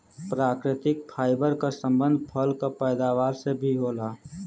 प्राकृतिक फाइबर क संबंध फल क पैदावार से भी होला